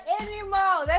anymore